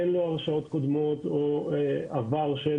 כמו שאין לו הרשעות קודמות או עבר של